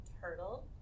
turtle